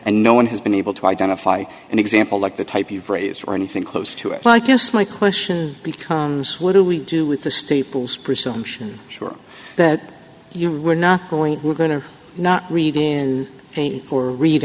and no one has been able to identify an example like the type you've raised or anything close to it like yes my question becomes what do we do with the staples presumption sure that you we're not going we're going to not read in pain or read